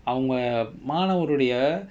அவங்க மாணவருடைய:avanga maanavarudaiya